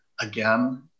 again